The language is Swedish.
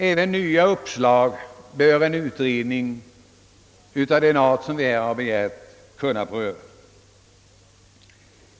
även nya uppslag bör i en utredning av den art som vi har begärt kunna prövas.